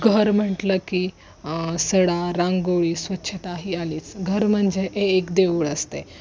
घर म्हटलं की सडा रांगोळी स्वच्छता ही आलीच घर म्हणजे हे एक देऊळ असतं आहे